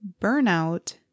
burnout